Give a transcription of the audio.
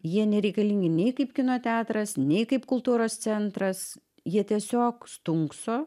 jie nereikalingi nei kaip kino teatras nei kaip kultūros centras jie tiesiog stunkso